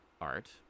art